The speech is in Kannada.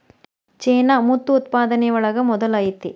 ಚೇನಾ ಮುತ್ತು ಉತ್ಪಾದನೆ ಒಳಗ ಮೊದಲ ಐತಿ